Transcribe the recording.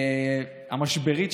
המשברית,